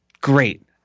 great